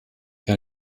herr